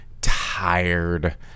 tired